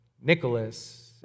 Nicholas